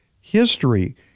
history